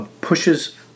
pushes